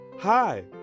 hi